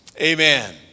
Amen